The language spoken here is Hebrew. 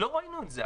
לא ראינו את זה.